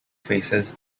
faces